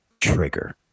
trigger